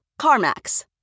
CarMax